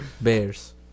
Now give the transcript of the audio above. Bears